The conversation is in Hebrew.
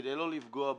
כדי לא לפגוע בעתיקות,